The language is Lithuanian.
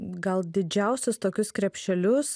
gal didžiausius tokius krepšelius